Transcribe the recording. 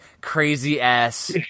crazy-ass